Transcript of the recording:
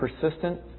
persistent